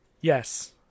Yes